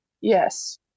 yes